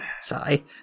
Sorry